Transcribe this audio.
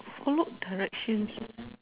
orh look directions